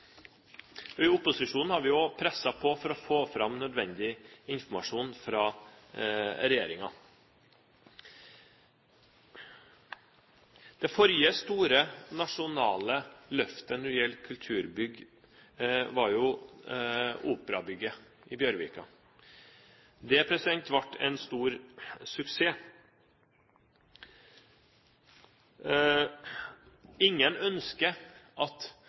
debatter. I opposisjonen har vi jo presset på for å få fram nødvendig informasjon fra regjeringen. Det forrige store nasjonale løftet for kulturbygg var operabygget i Bjørvika. Det ble en stor suksess. Ingen ønsker at